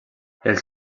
els